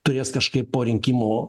turės kažkaip po rinkimų